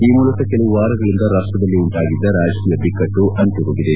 ಈ ಮೂಲಕ ಕೆಲವು ವಾರಗಳಿಂದ ರಾಷ್ಟದಲ್ಲಿ ಉಂಟಾಗಿದ್ದ ರಾಜಕೀಯ ಬಿಕ್ಕಟ್ಟು ಅಂತ್ಯಗೊಂಡಿದೆ